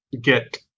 get